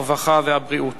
הרווחה והבריאות